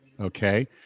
Okay